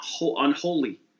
unholy